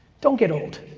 don't get old.